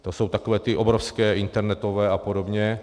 To jsou takové ty obrovské internetové apod.